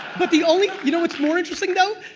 but the only you know what's more interesting though?